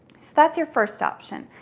that's your first option.